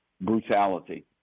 brutality